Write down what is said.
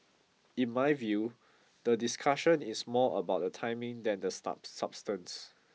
in my view the discussion is more about the timing than the star substance